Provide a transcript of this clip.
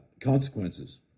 consequences